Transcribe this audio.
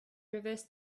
reversed